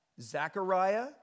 Zechariah